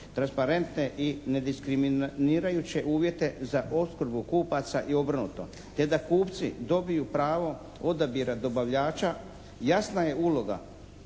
transparentne i ne diskriminirajuće uvjete za opskrbu kupaca i obrnuto, te da kupci dobiju pravo odabira dobavljača, jasna je uloga